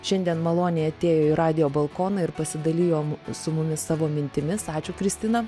šiandien maloniai atėjo į radijo balkoną ir pasidalijom su mumis savo mintimis ačiū kristina